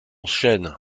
chêne